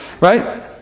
Right